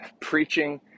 preaching